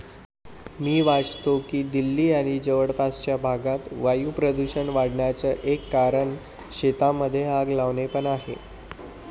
मी वाचतो की दिल्ली आणि जवळपासच्या भागात वायू प्रदूषण वाढन्याचा एक कारण शेतांमध्ये आग लावणे पण आहे